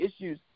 issues